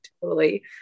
totally-